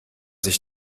sich